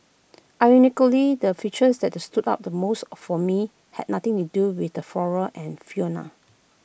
ironically the feature that stood out the most for me had nothing to do with the flora and fauna